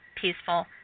peaceful